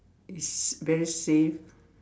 it's very safe